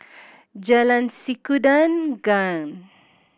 Jalan Sikudangan